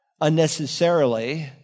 unnecessarily